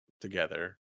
together